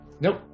Nope